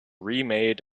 remade